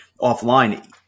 offline